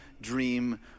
dream